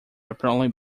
apparently